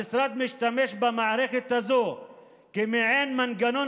המשרד משתמש במערכת הזאת כעין מנגנון